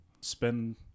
spend